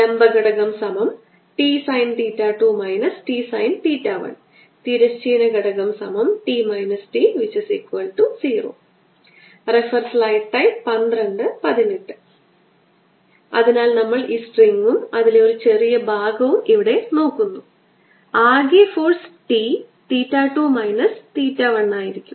ലംബ ഘടകംTsin2 Tsin1 തിരശ്ചീന ഘടകംT T0 അതിനാൽ നമ്മൾ ഈ സ്ട്രിംഗും അതിലെ ഒരു ചെറിയ ഭാഗവും ഇവിടെ നോക്കുന്നു ആകെ force T theta 2 minus theta 1 ആയിരിക്കും